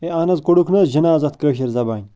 ہے اَہن حظ کوٚڈُکھ نَہ حظ جِناز اَتھ کٲشِر زبانہِ